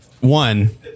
one